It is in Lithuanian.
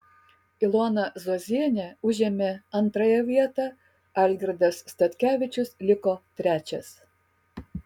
ilona zuozienė užėmė antrąją vietą algirdas statkevičius liko trečias